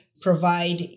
provide